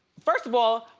first of all,